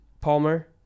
Palmer